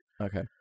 Okay